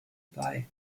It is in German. bei